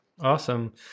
Awesome